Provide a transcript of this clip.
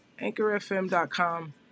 AnchorFM.com